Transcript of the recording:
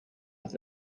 with